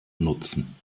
nutzen